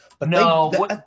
No